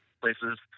places